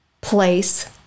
place